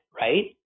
right